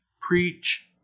preach